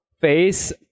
face